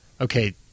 okay